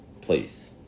Please